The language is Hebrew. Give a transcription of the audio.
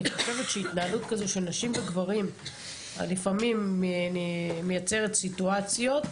אני חושבת שהתנהלות כזו של נשים וגברים לפעמים מייצרת סיטואציות